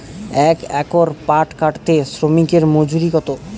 এক একর পাট কাটতে শ্রমিকের মজুরি কত?